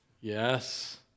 Yes